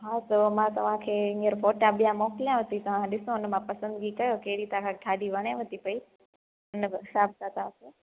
हा त मां तव्हांखे हींअर फोटा ॿिया मोकलयांव ती तव्हां ॾिसो हुन मां पसंद भी कयो केड़ी तव्हां ॻाॾी वणेव ती पई हुन हिसाब सां तव्हांखे